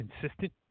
consistent